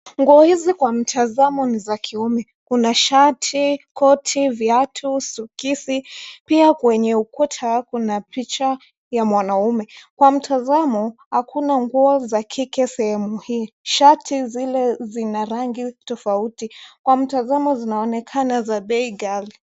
Nguo hizi kwa mtazamo ni za kiume. Kuna shati, koti, viatu, soksi. Pia kwenye ukuta kuna picha ya mwanaume. Kwa mtazamo, hakuna nguo za kike sehemu hii. Shati zile zina rangi tofauti, kwa mtazamo zinaonekana za bei ghali.